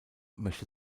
möchte